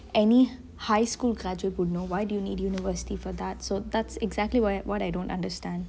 any high school graduate would know why do you need university for that so that's exactly what I what I don't understand